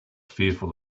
fearful